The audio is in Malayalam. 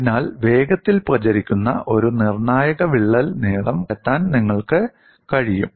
അതിനാൽ വേഗത്തിൽ പ്രചരിക്കുന്ന ഒരു നിർണ്ണായക വിള്ളൽ നീളം കണ്ടെത്താൻ നിങ്ങൾക്ക് കഴിയും